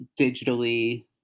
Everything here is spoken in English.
digitally